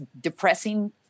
depressing